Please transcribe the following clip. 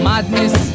Madness